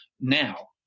now